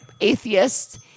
Atheists